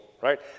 right